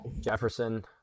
jefferson